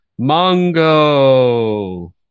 Mongo